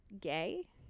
gay